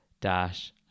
dash